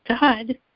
God